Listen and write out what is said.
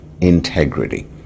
integrity